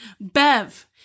Bev